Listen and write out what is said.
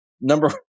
Number